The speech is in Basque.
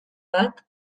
bat